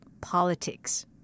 Politics